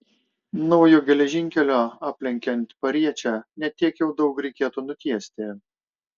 naujo geležinkelio aplenkiant pariečę ne tiek jau daug reikėtų nutiesti